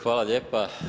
Hvala lijepa.